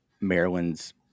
Maryland's